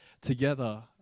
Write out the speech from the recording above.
together